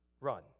Run